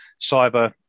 cyber